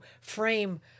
frame